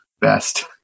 best